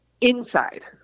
Inside